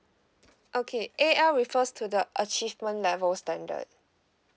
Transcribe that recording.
okay A_L refers to the achievement level standard